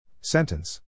Sentence